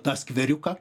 tą skveriuką